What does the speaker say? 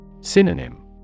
Synonym